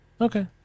Okay